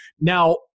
Now